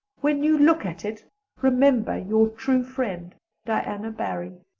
when you look at it remember your true friend diana barry.